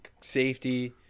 safety